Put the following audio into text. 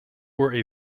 were